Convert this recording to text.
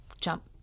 jump